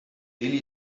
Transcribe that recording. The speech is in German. dili